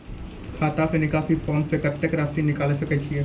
खाता से निकासी फॉर्म से कत्तेक रासि निकाल सकै छिये?